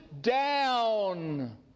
down